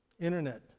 internet